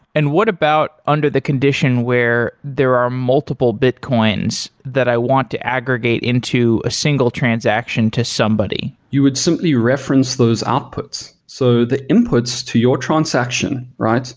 and what about under the condition where there are multiple bitcoins that i want to aggregate into a single transaction to somebody? you would simply reference those outputs so the inputs to your transaction. remember,